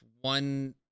one